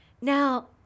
Now